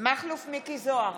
מכלוף מיקי זוהר,